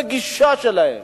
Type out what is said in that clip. בגישה שלהם,